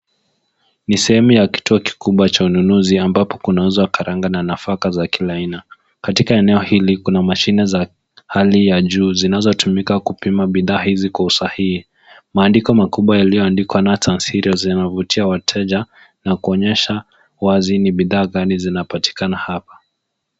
Ni sehemu ya kituo kikubwa cha ununuzi ambapo kunauzwa karanga na nafaka za kila aina. Katika eneo hili kuna mashine za hali ya juu zinazotumika kupima bidhaa hizi kwa usahihi. Maandiko makubwa yaliyoandikwa nuts [cs[]and yanawavutia wateja na kuonyesha wazi ni bidhaa gani zinapatikana hapa.